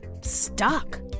stuck